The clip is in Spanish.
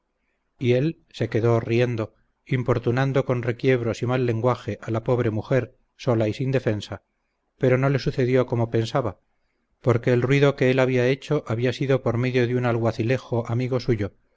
y él se quedó riendo importunando con requiebros y mal lenguaje a la pobre mujer sola y sin defensa pero no le sucedió como pensaba porque el ruido que él había hecho había sido por medio de un alguacilejo amigo suyo